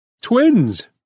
Twins